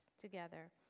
together